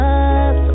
up